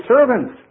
servants